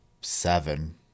seven